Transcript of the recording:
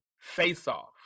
face-off